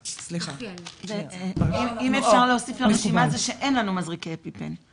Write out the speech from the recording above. אם אפשר להוסיף לרשימה הזו שאין לנו מזרקי אפיפן.